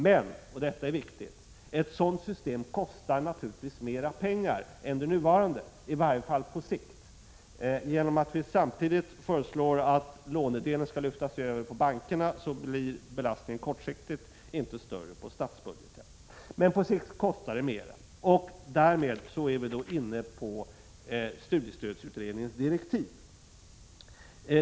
Men — och detta är viktigt — ett sådant system kostar naturligtvis mera pengar än det nuvarande, i varje fall på sikt. Genom att vi samtidigt föreslår att lånedelen skall lyftas över på bankerna blir belastningen på statsbudgeten kortsiktigt inte större, men på sikt kostar det mera. Därmed är vi inne på studiestödsutredningens direktiv.